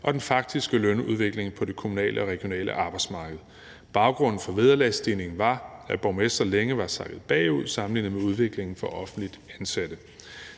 og den faktiske lønudvikling på det kommunale og regionale arbejdsmarked. Baggrunden for vederlagsstigningen var, at borgmestre længe var sakket bagud sammenlignet med udviklingen for offentligt ansatte.